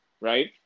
right